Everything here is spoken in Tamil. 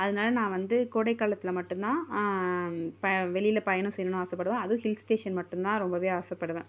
அதனால நான் வந்து கோடைக்காலத்தில் மட்டும் தான் இப்போ வெளியில் பயணம் செய்யணும்ன்னு ஆசைப்படுவன் அதுவும் ஹில்ஸ் ஸ்டேஷன் மட்டும் தான் ரொம்பவே ஆசைப்படுவன்